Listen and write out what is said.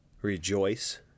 Rejoice